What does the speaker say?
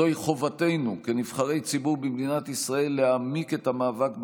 זוהי חובתנו כנבחרי ציבור במדינת ישראל להעמיק את המאבק באנטישמיות,